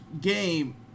game